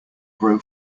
grow